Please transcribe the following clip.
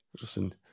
listen